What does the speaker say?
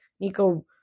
Nico